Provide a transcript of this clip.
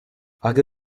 aga